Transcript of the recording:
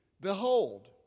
behold